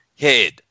head